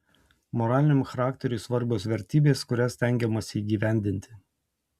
moraliniam charakteriui svarbios vertybės kurias stengiamasi įgyvendinti